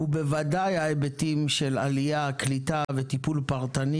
ובוודאי ההיבטים של עלייה, קליטה וטיפול פרטני.